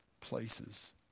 places